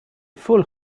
fool